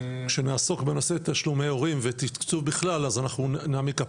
כשנעסוק בנושא תשלומי הורים ותקצוב בכלל אז אנחנו נעמיק,